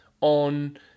on